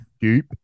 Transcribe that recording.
deep